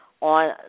On